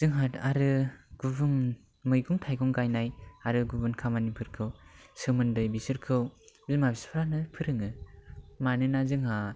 जोंहा आरो गुबुन मैगं थाइगं गायनाय आरो गुबुन खामानिफोरखौ सोमोन्दै बिसोरखौ बिमा बिफायानो फोरोङो मानोना जोंहा